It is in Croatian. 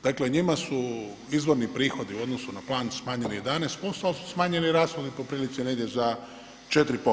Dakle, njima su izvorni prihodi u odnosu na plan smanjeni 11%, ali su smanjeni i rashodi po prilici negdje za 4%